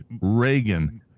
Reagan